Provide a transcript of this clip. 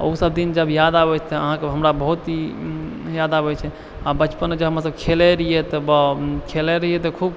आओर उसब दिन जब याद आबय छै अहाँके हमरा बहुत ही याद आबय छै आओर बचपनमे जब हमरा सब खेलय रहियै तब बाप खेलय रहियइ तऽ खूब